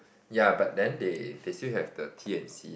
ya but then they they still have the T and C